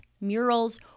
murals